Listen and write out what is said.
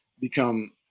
become –